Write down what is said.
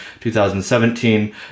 2017